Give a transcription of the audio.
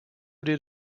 did